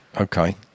Okay